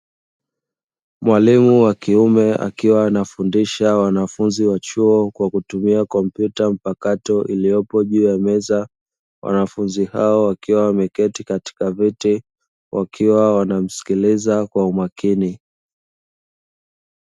Mwalimu wa kiume, akiwa anafundisha wanafunzi wa chuo kwa kutumia kompyuta mpakato, iliyopo juu ya meza wanafunzi hao wakiwa wameketi katika vyeti, wakiwa wanamsikiliza kwa umakini.